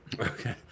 Okay